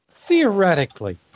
theoretically